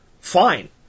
fine